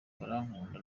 barankunda